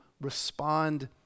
respond